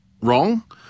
wrong